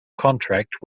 contract